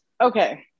Okay